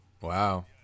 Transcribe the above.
Wow